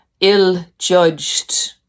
ill-judged